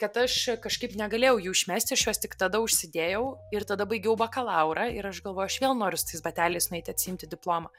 kad aš kažkaip negalėjau jų išmesti aš juos tik tada užsidėjau ir tada baigiau bakalaurą ir aš galvoju aš vėl noriu su tais bateliais nueiti atsiimti diplomą